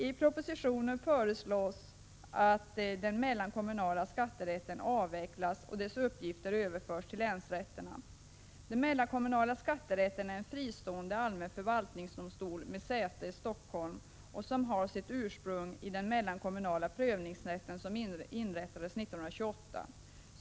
I propositionen föreslås att den mellankommunala skatterätten avvecklas och att dess uppgifter överförs till länsrätterna. Den mellankommunala skatterätten är en fristående allmän förvaltningsdomstol med säte i Stockholm och har sitt ursprung i den mellankommunala prövningsnämnden, som inrättades 1928.